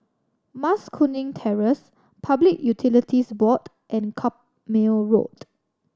Mas Kuning Terrace Public Utilities Board and Carpmael Road